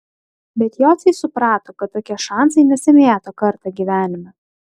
bet jociai suprato kad tokie šansai nesimėto kartą gyvenime